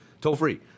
Toll-free